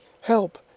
Help